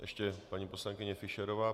Ještě paní poslankyně Fischerová.